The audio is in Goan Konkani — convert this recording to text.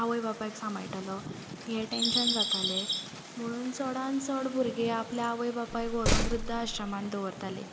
आवय बापायक सांबाळटलो हें टँन्शन जातालें म्हुणून चडान चड भुरगे आपल्या आवय बापायक व्हरोन वृद्दाश्रमांत दवरताले